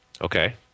Okay